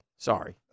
Sorry